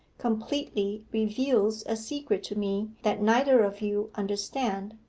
completely reveals a secret to me that neither of you understand.